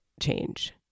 change